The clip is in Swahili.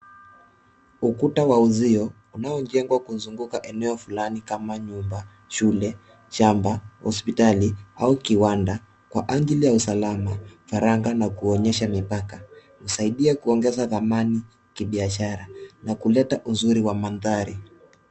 Ukuta wa uzio, unaojengwa kuzunguka eneo fulani kama nyumba, shule, shamba, hospitali au kiwanda, kwa ajili ya usalama, faragha na kuonyesha mipaka. Husaidia kuongeza dhamani kibiashara na kuleta uzuri wa mandhari.